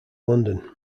london